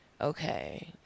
okay